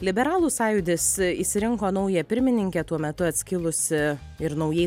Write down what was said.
liberalų sąjūdis išsirinko naują pirmininkę tuo metu atskilusi ir naujai